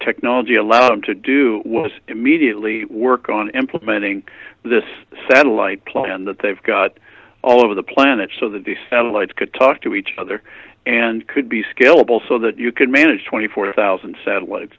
technology allows them to do was immediately work on implementing this satellite plan that they've got all over the planet so that the satellites could talk to each other and could be scalable so that you could manage twenty four thousand satellite